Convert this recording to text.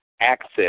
access